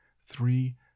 three